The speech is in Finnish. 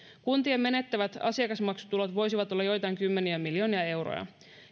kuntien menettämät asiakasmaksutulot voisivat olla joitakin kymmeniä miljoonia euroja